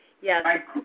Yes